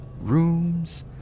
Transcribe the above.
rooms